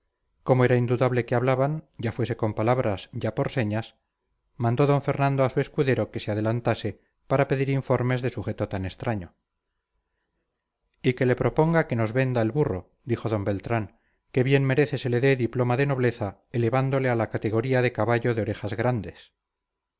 como era indudable que hablaban ya fuese con palabras ya por señas mandó d fernando a su escudero que se adelantase para pedir informes de sujeto tan extraño y que le proponga que nos venda el burro dijo d beltrán que bien merece se le dé diploma de nobleza elevándole a la categoría de caballo de orejas grandes